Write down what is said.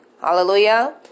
Hallelujah